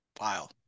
Wow